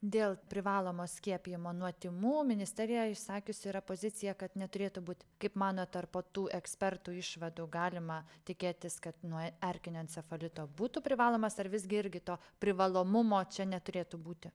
dėl privalomo skiepijimo nuo tymų ministerija išsakiusi yra poziciją kad neturėtų būt kaip manot ar po tų ekspertų išvadų galima tikėtis kad nuo erkinio encefalito būtų privalomas ar visgi irgi to privalomumo čia neturėtų būti